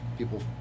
people